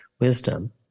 wisdom